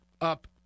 up